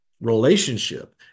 relationship